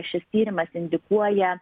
šis tyrimas indikuoja